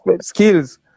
skills